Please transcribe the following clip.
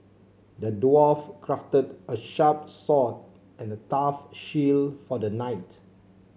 the dwarf crafted a sharp sword and a tough shield for the knight